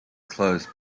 closed